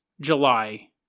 July